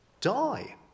die